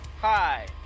Hi